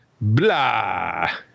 Blah